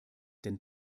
denn